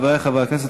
חברי חברי הכנסת,